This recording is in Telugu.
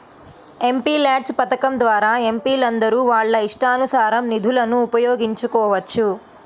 ఎంపీల్యాడ్స్ పథకం ద్వారా ఎంపీలందరూ వాళ్ళ ఇష్టానుసారం నిధులను ఉపయోగించుకోవచ్చు